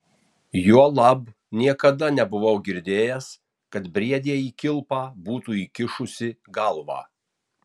juolab niekada nebuvau girdėjęs kad briedė į kilpą būtų įkišusi galvą